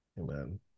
Amen